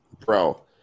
Bro